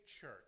Church